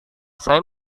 saya